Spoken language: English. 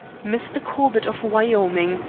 mr. corbett, of wyoming,